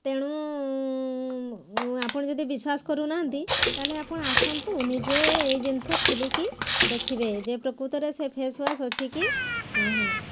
ତେଣୁ ଆପଣ ଯଦି ବିଶ୍ୱାସ କରୁନାହାଁନ୍ତି ତା'ହେଲେ ଆପଣ ଆସନ୍ତୁ ନିଜେ ଏ ଜିନିଷ ଖୋଲିକି ଦେଖିବେ ଯେ ପ୍ରକୃତରେ ସେ ଫେସୱାଶ୍ ଅଛି କି ନାହିଁ